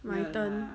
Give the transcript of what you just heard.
my turn